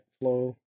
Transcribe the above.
flow